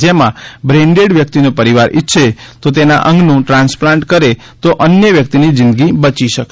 જેમાં brain dead વ્યક્તિનો પરિવાર ઇચ્છે તો તેના અંગનું ટ્રાન્સપ્લાન્ટ કરે તો અન્ય વ્યક્તિની જિંદગી બચી શકશે